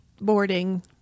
Boarding